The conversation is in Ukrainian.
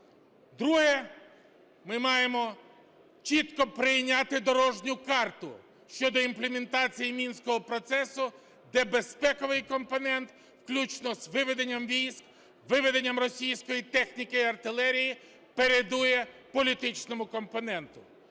Друге. Ми маємо чітко прийняти дорожню карту щодо імплементації мінського процесу, де безпековий компонент включно з виведенням військ, виведенням російської техніки і артилерії передує політичному компоненту.